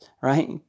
right